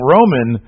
Roman